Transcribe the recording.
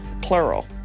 plural